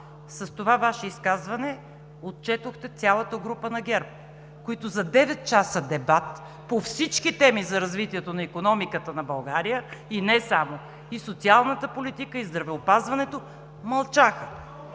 с това Ваше изказване отчетохте цялата група на ГЕРБ, които за девет часа дебат по всички теми за развитието на икономиката на България, и не само – и социалната политика, и здравеопазването, мълчаха.